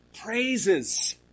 praises